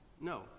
No